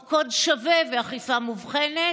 או קוד שווה ואכיפה מובחנת?